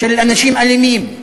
של אנשים אלימים.